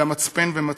אלא מצפן ומצפון.